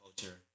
culture